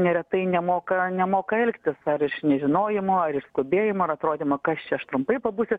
neretai nemoka nemoka elgtis ar iš nežinojimo ar iš skubėjimo ar atrodymo kas čia aš trumpai pabūsiu